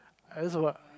I just